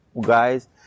guys